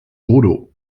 bodo